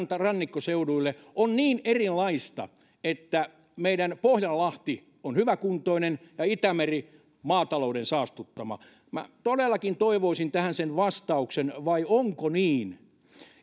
rannikkoseuduille on niin erilaista että meidän pohjanlahti on hyväkuntoinen ja itämeri maatalouden saastuttama minä todellakin toivoisin tähän vastauksen vai onko niin